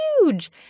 huge